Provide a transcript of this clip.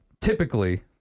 typically